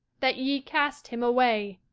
that ye cast him away,